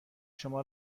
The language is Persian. شما